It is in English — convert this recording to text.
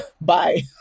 bye